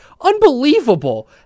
Unbelievable